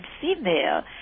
female